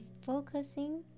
focusing